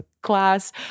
class